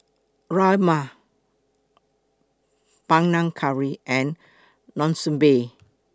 Rajma Panang Curry and Monsunabe